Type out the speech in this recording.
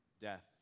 death